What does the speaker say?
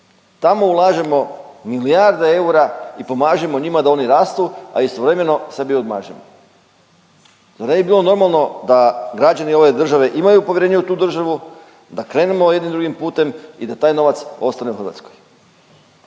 tamo ulažemo milijarde eura i pomažemo njima da oni rastu, a istovremeno sebi odmažemo. Zar ne bi bilo normalno da građani ove države imaju povjerenje u tu državu, da krenemo jednim drugim putem i da taj novac ostane u Hrvatskoj?